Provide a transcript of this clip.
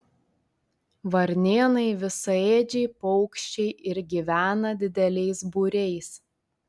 varnėnai visaėdžiai paukščiai ir gyvena dideliais būriais